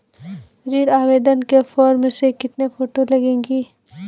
ऋण आवेदन के फॉर्म में कितनी फोटो लगेंगी?